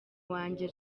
wanje